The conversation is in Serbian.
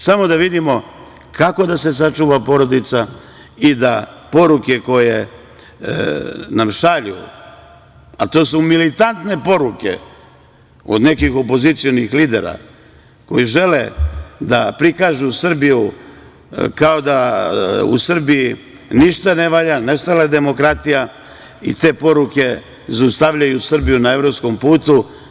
Samo da vidimo kako da se sačuva porodica i da poruke koje nam šalju, a to su militantne poruke, od nekih opozicionih lidera koji žele da prikažu Srbiju kao da u Srbiji ništa ne valja, nestala je demokratija i te poruke zaustavljaju Srbiju na evropskom putu.